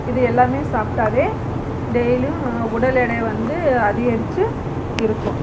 இது எல்லாமே சாப்பிட்டாவே டெய்லியும் உடல் எடைய வந்து அதிகரித்து இருக்கும்